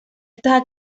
estas